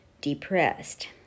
depressed